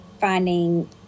finding